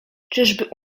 czyżby